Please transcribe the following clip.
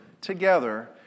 together